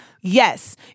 yes